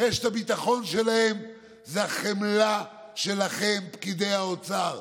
רשת הביטחון שלהם זו החמלה שלכם, פקידי האוצר.